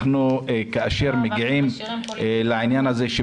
כאשר מגיעים לעניין הזה,